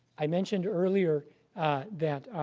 i mentioned earlier that